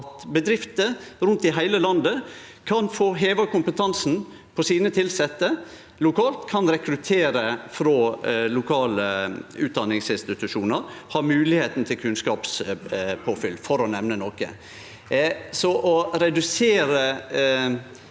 at bedrifter rundt i heile landet kan få heva kompetansen til sine tilsette lokalt, rekruttere frå lokale utdanningsinstitusjonar og ha moglegheita til kunnskapspåfyll – for å nemne noko.